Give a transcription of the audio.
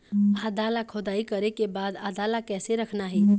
आदा ला खोदाई करे के बाद आदा ला कैसे रखना हे?